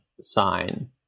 sign